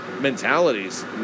mentalities